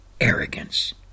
arrogance